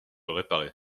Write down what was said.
réparé